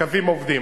הקווים עובדים.